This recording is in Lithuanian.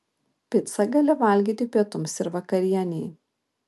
picą gali valgyti pietums ir vakarienei